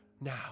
now